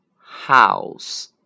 House